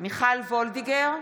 מיכל וולדיגר,